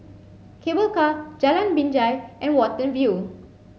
Cable Car Jalan Binjai and Watten View